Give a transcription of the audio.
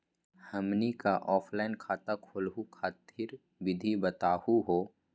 हमनी क ऑफलाइन खाता खोलहु खातिर विधि बताहु हो?